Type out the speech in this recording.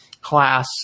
class